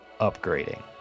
upgrading